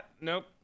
nope